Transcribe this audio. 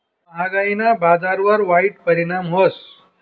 म्हागायीना बजारवर वाईट परिणाम व्हस